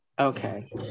okay